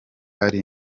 ari